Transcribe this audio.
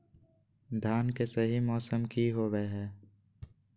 धान के सही मौसम की होवय हैय?